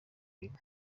ibiri